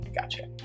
gotcha